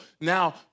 now